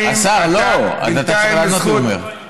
אז אתה צריך לענות, הוא אומר.